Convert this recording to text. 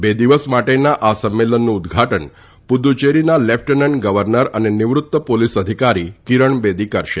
બે દિવસ માટેના આ સંમેલનનું ઉદઘાટન પુડુચેરીના લેફટનન્ટ ગવર્નર અને નિવૃત પોલીસ અધિકારી કિરણ બેદી કરશે